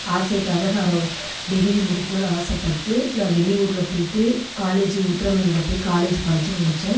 ஆசைக்காக நான் ஒரு டிகிரி முடிக்கணும்னு ஆசைப்பட்டு நான் வெளியூரில் போய்ட்டு காலேஜு உத்திரமேரூரில் போய் காலேஜ் படித்து முடித்தேன்